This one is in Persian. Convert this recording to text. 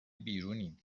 بیرونیم